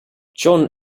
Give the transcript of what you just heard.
john